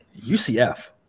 UCF